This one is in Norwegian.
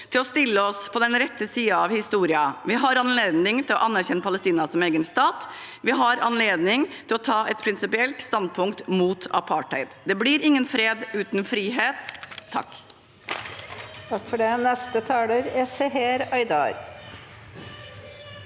til å stille oss på den rette siden av historien. Vi har anledning til å anerkjenne Palestina som en egen stat. Vi har anledning til å ta et prinsipielt standpunkt mot apartheid. Det blir ingen fred uten frihet. Seher